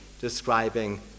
describing